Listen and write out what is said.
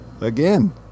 Again